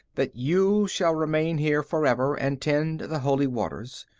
that you shall remain here forever and tend the holy waters.